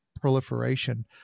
proliferation